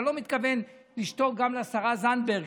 אני לא מתכוון לשתוק גם לשרה זנדברג,